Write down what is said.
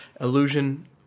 illusion